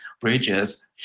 bridges